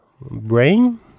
brain